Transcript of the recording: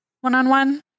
one-on-one